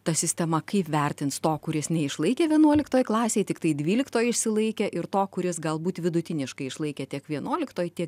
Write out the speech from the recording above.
ta sistema kaip vertins to kuris neišlaikė vienuoliktoj klasėj tiktai dvyliktoj išsilaikė ir to kuris galbūt vidutiniškai išlaikė tiek vienuoliktoj tiek